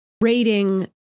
rating